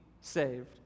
saved